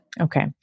Okay